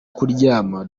kuryama